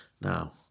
Now